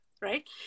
right